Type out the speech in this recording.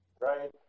right